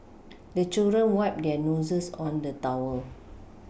the children wipe their noses on the towel